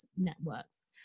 networks